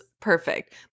perfect